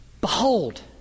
Behold